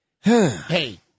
Hey